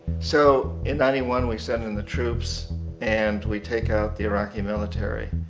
so, in ninety one, we send in the troops and we take out the iraqi military.